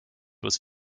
was